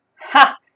Ha